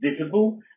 visible